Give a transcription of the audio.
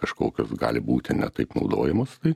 kažkokios gali būti ne taip naudojamos tai